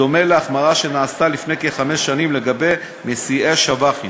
בדומה להחמרה שנעשתה לפני כחמש שנים לגבי מסיעי שב"חים.